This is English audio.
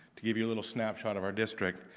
to give you a little snapshot of our district,